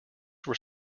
were